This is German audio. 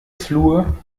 flur